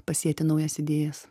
pasėti naujas idėjas